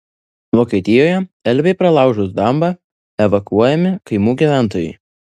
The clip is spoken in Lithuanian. vokietijoje elbei pralaužus dambą evakuojami kaimų gyventojai